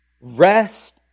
Rest